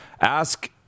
Ask